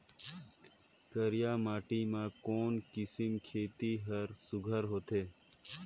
करिया माटी मा कोन किसम खेती हर सुघ्घर होथे?